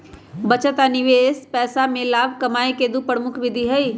बचत आ निवेश पैसा से लाभ कमाय केँ दु प्रमुख विधि हइ